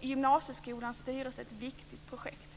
i gymnasieskolans styrelse ett viktigt projekt.